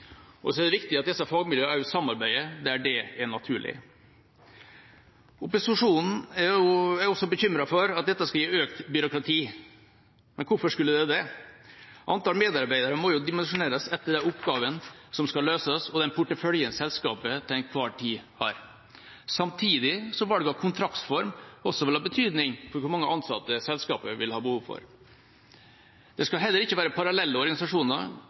Og så er det viktig at disse fagmiljøene også samarbeider der det er naturlig. Opposisjonen er også bekymret for at dette skal gi økt byråkrati. Men hvorfor skulle det det? Antall medarbeidere må jo dimensjoneres etter de oppgavene som skal løses, og den porteføljen selskapet til enhver tid har, samtidig som valg av kontraktsform også vil ha betydning for hvor mange ansatte selskapet vil ha behov for. Det skal heller ikke være parallelle organisasjoner.